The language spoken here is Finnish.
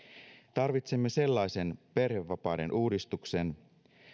tarvitsemme sellaisen perhevapaiden uudistuksen